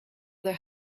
their